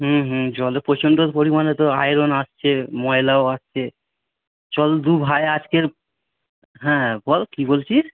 হুম হুম জলে প্রচণ্ড পরিমাণে তো আয়রন আসছে ময়লাও আসছে চল দু ভাই আজকের হ্যাঁ বল কী বলছিস